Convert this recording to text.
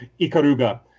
Ikaruga